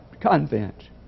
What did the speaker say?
convent